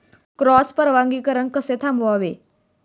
Cross परागीकरण कसे थांबवावे?